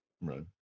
right